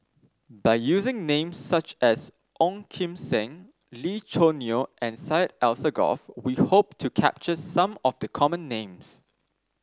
by using names such as Ong Kim Seng Lee Choo Neo and Syed Alsagoff we hope to capture some of the common names